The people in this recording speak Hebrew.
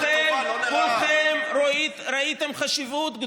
היו בין חברי כנסת שחתומים,